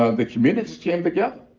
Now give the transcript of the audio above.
ah the communities came together.